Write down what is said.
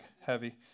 heavy